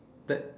that's